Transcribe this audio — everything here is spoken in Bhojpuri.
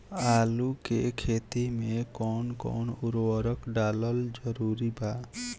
आलू के खेती मे कौन कौन उर्वरक डालल जरूरी बा?